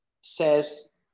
says